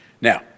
Now